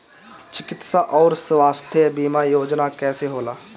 चिकित्सा आऊर स्वास्थ्य बीमा योजना कैसे होला?